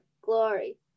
Glory